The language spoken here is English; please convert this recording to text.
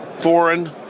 foreign